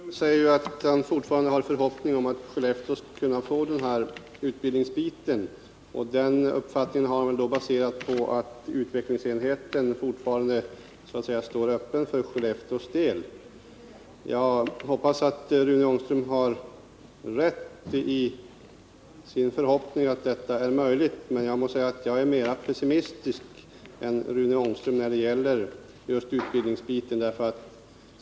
Herr talman! Rune Ångström säger att han fortfarande hyser förhoppningar om att Skellefteå skall kunna få den här utbildningsbiten. Den uppfattningen har han baserat på att utvecklingsenheten fortfarande så att säga står öppen för Skellefteås del. Jag hoppas att Rune Ångström får rätt i sin förhoppning att detta är möjligt, men jag måste säga att jag är mera pessimistisk än han när det gäller just utbildningsbiten.